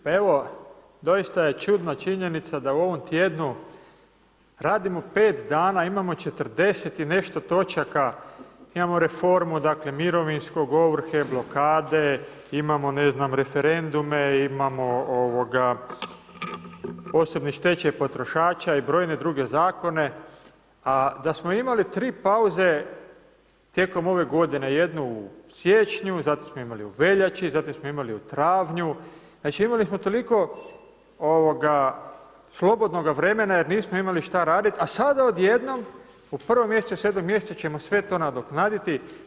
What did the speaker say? Pa evo doista je čudna činjenica da u ovom tjednu radimo pet dana, a imamo 40 i nešto točaka, imamo reformu mirovinskog, ovrhe, blokade, imamo referendume, imamo osobni stečaj potrošača i brojne druge zakone, a da smo imali tri pauze tijekom ove godine, jednu u siječnju, zatim smo imali u veljači, zatim smo imali u travnju, znali imali smo toliko slobodnoga vremena jer nismo imali šta raditi, a sada odjednom u sedmom mjesecu ćemo sve to nadoknaditi.